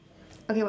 okay what